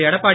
Edappadi